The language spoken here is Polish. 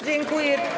Dziękuję.